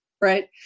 right